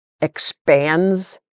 expands